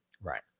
Right